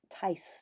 taste